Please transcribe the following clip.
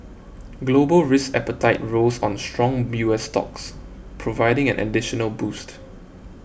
global risk appetite rose on strong U S stocks providing an additional boost